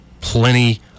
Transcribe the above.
plenty